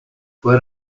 fue